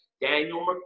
Daniel